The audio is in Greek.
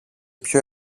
πιο